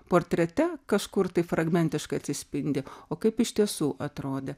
portrete kažkur taip fragmentiškai atsispindi o kaip iš tiesų atrodė